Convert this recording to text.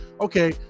Okay